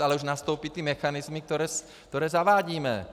Ale už nastoupí ty mechanismy, které zavádíme.